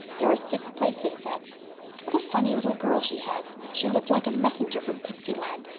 there are six places set. but what a funny little girl she has. she looked like a messenger from pixy land.